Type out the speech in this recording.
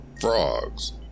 Frogs